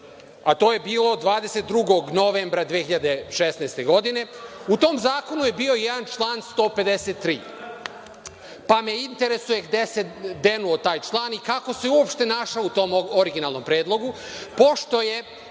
a to je bilo 22. novembra 2016. godine, u tom zakonu je bio i jedan član 153. Interesuje me – gde se denuo taj član i kako se uopšte našao u tom originalnom predlogu? „Blic“ je